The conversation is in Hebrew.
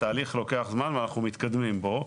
התהליך לוקח זמן ואנחנו מתקדמים בו,